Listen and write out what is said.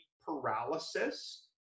paralysis